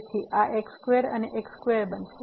તેથી આ x2 અને x2 બનશે